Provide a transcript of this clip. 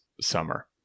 summer